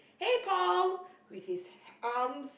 hey pal with his arms